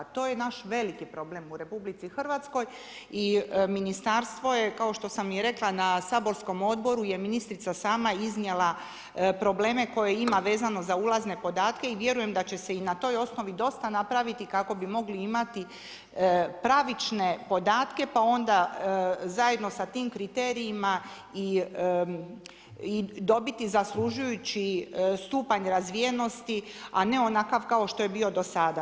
To je naš veliki problem u RH i ministarstvo je kao što sam i rekla na saborskom odboru je ministrica sama iznijela probleme koje ima vezano za ulazne podatke i vjerujem da će se i na toj osnovi dosta napraviti kako bi mogli imati pravične podatke, pa onda zajedno sa tim kriterijima i dobiti zaslužujući stupanj razvijenosti a ne onakav kao što je bio do sada.